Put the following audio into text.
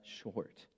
short